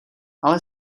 ale